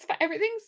everything's